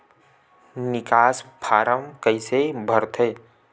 निकास फारम कइसे भरथे?